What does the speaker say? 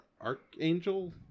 Archangel